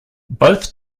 both